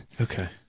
Okay